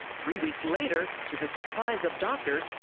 three weeks later, to the surprise of doctors,